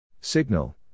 Signal